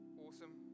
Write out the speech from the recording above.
Awesome